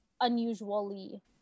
unusually